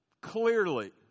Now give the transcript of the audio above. clearly